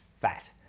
fat